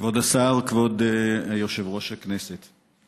כבוד השר, כבוד יושב-ראש הכנסת,